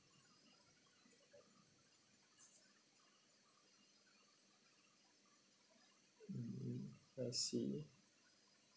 mmhmm I see